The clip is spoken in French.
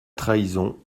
trahison